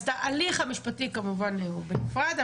אז התהליך המשפטי כמובן הוא בנפרד,